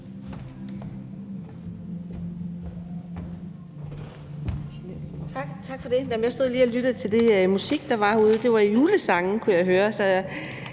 Tak for det. Jeg stod lige og lyttede til den musik, der var ude på Slotspladsen. Det var julesange, kunne jeg høre.